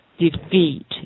Defeat